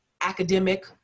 academic